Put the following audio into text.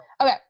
okay